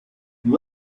you